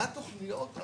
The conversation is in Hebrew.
מה התוכניות?